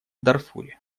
дарфуре